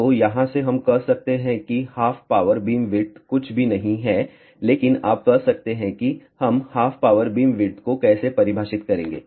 तो यहाँ से हम कह सकते हैं कि हाफ पावर बीमविड्थ कुछ भी नहीं है लेकिन आप कह सकते हैं कि हम हाफ पावर बीमविड्थ को कैसे परिभाषित करेंगे